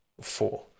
four